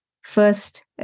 first